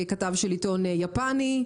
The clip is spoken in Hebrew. כתב של עיתון יפני.